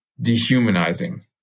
dehumanizing